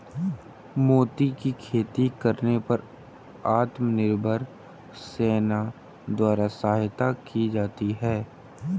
मोती की खेती करने पर आत्मनिर्भर सेना द्वारा सहायता की जाती है